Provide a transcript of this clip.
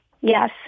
Yes